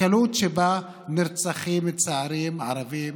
שבה נרצחים צעירים ערבים